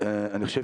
אני רואה